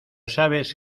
sabes